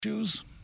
Shoes